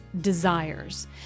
desires